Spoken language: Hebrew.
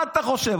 מה אתה חושב?